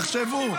תחשבו.